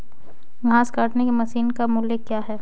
घास काटने की मशीन का मूल्य क्या है?